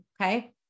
okay